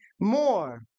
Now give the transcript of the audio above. more